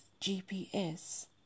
GPS